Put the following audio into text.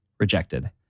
rejected